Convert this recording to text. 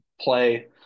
play